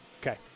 Okay